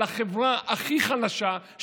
על החברה הכי חלשה,